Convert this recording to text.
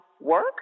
work